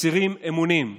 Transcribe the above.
מצהירים אמונים,